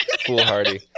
foolhardy